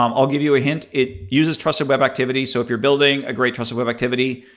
um i'll give you a hint. it uses trusted web activity. so if you're building a great trusted web activity,